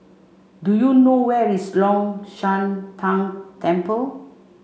do you know where is Long Shan Tang Temple